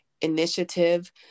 initiative